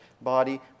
body